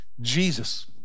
Jesus